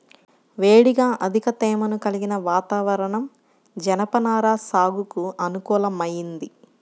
వేడిగా అధిక తేమను కలిగిన వాతావరణం జనపనార సాగుకు అనుకూలమైంది